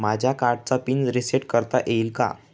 माझ्या कार्डचा PIN reset करता येईल का?